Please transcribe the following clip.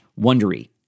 wondery